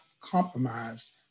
compromise